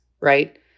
right